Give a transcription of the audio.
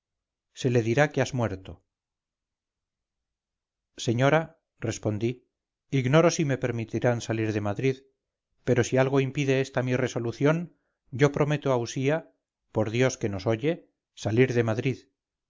se le dirá que has muerto señora respondí ignoro si me permitirán salir de madrid pero si algo impide esta mi resolución yo prometo a usía por dios que nos oye salir de madrid